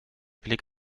blick